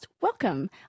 welcome